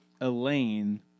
Elaine